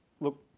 look